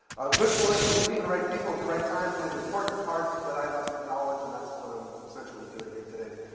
good fortune, meeting the right people at the right time played an important part that i must acknowledge, and that's what i'm essentially doing here today.